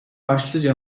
başlıca